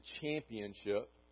championship